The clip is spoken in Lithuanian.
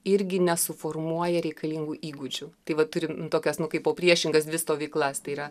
irgi nesuformuoja reikalingų įgūdžių tai vat turim tokias nu kaiop priešingas dvi stovyklas tai yra